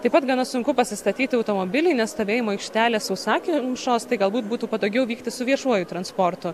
taip pat gana sunku pasistatyti automobilį nes stovėjimo aikštelės sausakimšos tai galbūt būtų patogiau vykti su viešuoju transportu